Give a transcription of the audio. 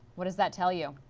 what does that tell you?